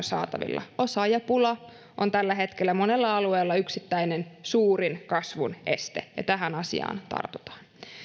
saatavilla osaajapula on tällä hetkellä monella alueella yksittäinen suurin kasvun este ja tähän asiaan tartutaan